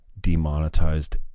demonetized